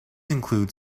include